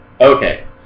Okay